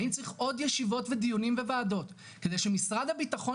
האם צריך עוד ישובות ודיונים וועדות כדי שמשרד הביטחון